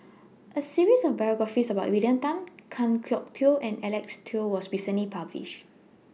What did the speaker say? A series of biographies about William Tan Kan Kwok Toh and Alec Kuok was recently published